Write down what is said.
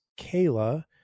Kayla